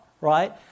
right